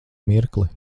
mirkli